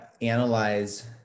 analyze